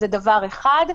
זה דבר אחד.